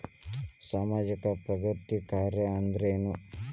ಸಾಮಾಜಿಕ ಪ್ರಗತಿ ಕಾರ್ಯಾ ಅಂದ್ರೇನು?